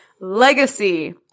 Legacy